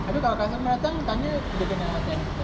abeh kalau customer datang tanya dia kena attend gitu ah